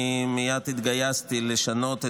אני מייד התגייסתי לשנות את,